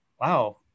wow